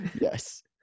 Yes